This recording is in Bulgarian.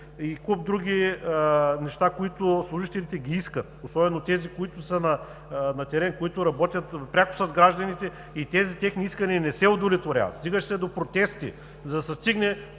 и куп други неща, които служителите искат. Особено тези, които са на терен, работят пряко с гражданите и техните искания не се удовлетворяват. Стигаше се до протести, за да им се